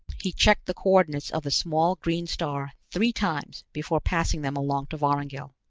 he checked the coordinates of the small green star three times before passing them along to vorongil.